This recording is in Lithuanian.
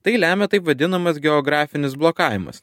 tai lemia taip vadinamas geografinis blokavimas